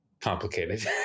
complicated